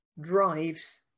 drives